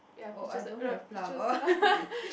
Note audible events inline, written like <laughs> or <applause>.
oh I don't have plum oh <laughs>